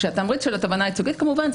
כשהתמריץ של התובענה הייצוגית כמובן זה